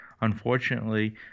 Unfortunately